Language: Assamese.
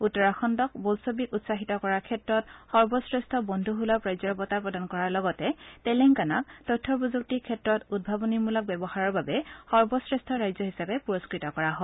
উত্তৰাখণ্ডক বোলছবিক উৎসাহিত কৰাৰ ক্ষেত্ৰত সৰ্বশ্ৰেষ্ঠ বন্ধসুলভ ৰাজ্যৰ বঁটা প্ৰদান কৰাৰ লগতে তেলেংগানাক তথ্যপ্ৰযুক্তি ক্ষেত্ৰত উদ্ভাৱনীমূলক ব্যৱহাৰৰ বাবে সৰ্বশ্ৰেষ্ঠ ৰাজ্য হিচাপে পুৰস্কত কৰা হয়